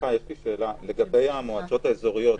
שאלה לגבי המועצות האזוריות,